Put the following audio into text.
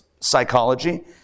psychology